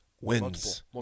Wins